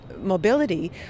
mobility